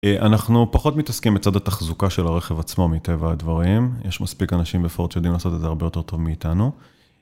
אנחנו פחות מתעסקים בצד התחזוקה של הרכב עצמו, מטבע הדברים. יש מספיק אנשים ב"פורד" שיודעים לעשות את זה הרבה יותר טוב מאיתנו.